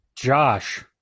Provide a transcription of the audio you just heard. josh